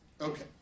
Okay